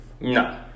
No